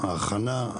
הכנה,